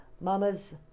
mama's